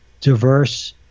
diverse